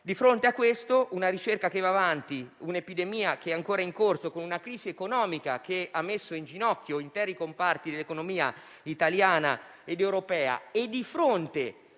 di fronte ad una ricerca che va avanti, ad un'epidemia che è ancora in corso, ad una crisi economica che ha messo in ginocchio interi comparti dell'economia italiana ed europea e di fronte